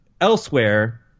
elsewhere